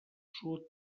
sud